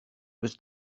was